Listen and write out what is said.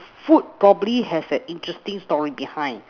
food probably has an interesting story behind